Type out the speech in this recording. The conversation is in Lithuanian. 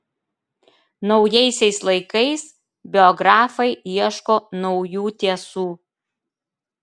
naujaisiais laikais biografai ieško naujų tiesų